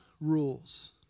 rules